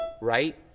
right